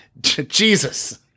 Jesus